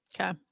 Okay